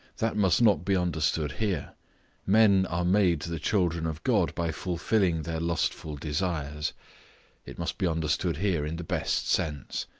that must not be understood here men are made the children of god by fulfilling their lustful desires it must be understood here in the best sense.